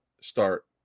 start